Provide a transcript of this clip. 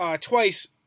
Twice